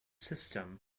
system